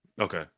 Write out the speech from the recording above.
Okay